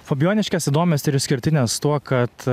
fabijoniškės įdomios ir išskirtinės tuo kad